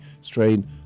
strain